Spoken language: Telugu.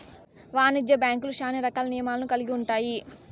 వాణిజ్య బ్యాంక్యులు శ్యానా రకాల నియమాలను కల్గి ఉంటాయి